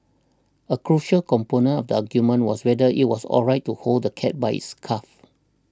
a crucial component of the argument was whether it was alright to hold the cat by its scuff